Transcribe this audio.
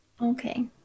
Okay